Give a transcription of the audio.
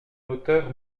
hauteur